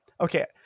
okay